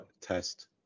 test